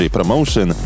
Promotion